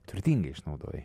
turtingai išnaudojai